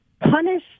punish